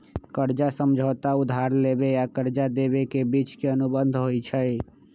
कर्जा समझौता उधार लेबेय आऽ कर्जा देबे के बीच के अनुबंध होइ छइ